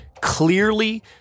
clearly